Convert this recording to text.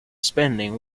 spending